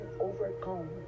overcome